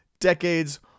decades